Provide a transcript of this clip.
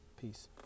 Peace